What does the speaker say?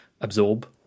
absorb